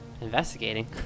investigating